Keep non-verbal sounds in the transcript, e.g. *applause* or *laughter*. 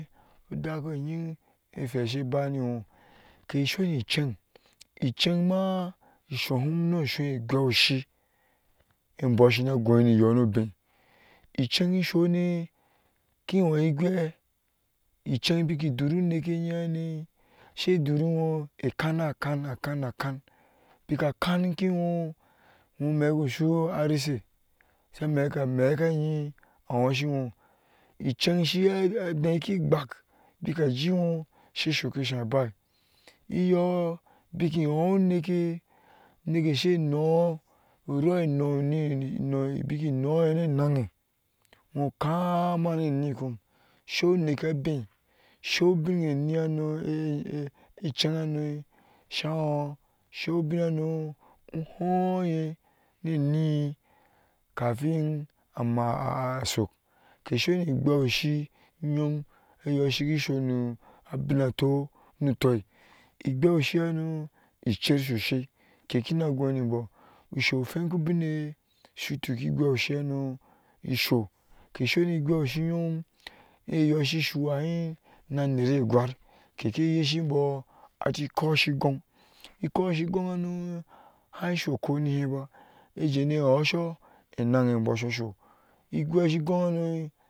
Udakoyin ehweei she bai nawo kesoni cain icain ma, isohom no sua gwe oshi embɔ shina goi niyo nobe̱e ican isonee kihoin igwaa ican enyehanee shi durinwo ekana kan *unintelligible* arishe sha mekkamekka anyie ahushiwa icain shi iya a adein kigbak bika jiiwo she sokkoshae bai iyo biki hyoi unene neke she no *unintelligible* biki noyo nenenhye wo kama nenikom *unintelligible* ecain hano shaho sai binnano uhyooye, neni kafin amaa sok, kesoni gweshi yom ayoshiki so no abinatu no tue, igweshi hano icer sosai kekina goin ninbɔ hano iso ke soni gweoshiyom eyoshi shiwayin shigon, ikɔɔshi gon hano haso ko iniheba ajene yhoshe enanheybɔ saso igweshigon hano